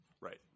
Right